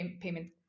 payment